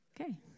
Okay